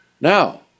Now